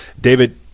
David